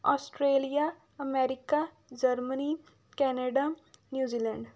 Australia America Germany Canada New Zealand